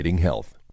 health